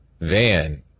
van